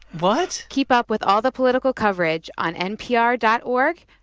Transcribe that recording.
what? keep up with all the political coverage on npr dot org,